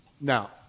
Now